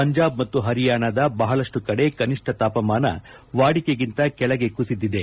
ಪಂಜಾಬ್ ಮತ್ತು ಹರಿಯಾಣದ ಬಹಳಷ್ಟು ಕಡೆ ಕನಿಷ್ಠ ತಾಪಮಾನ ವಾಡಿಕೆಗಿಂತ ಕೆಳಗೆ ಕುಸಿದಿದೆ